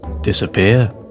disappear